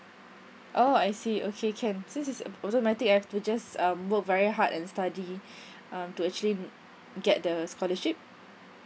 oh I see okay can since it's automatic I have to just um work very hard and study um to actually get the scholarship